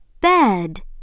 bed